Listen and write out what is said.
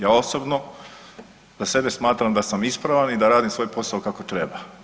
Ja osobno za sebe smatram da sam ispravan i da radim svoj posao kako treba.